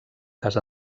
cas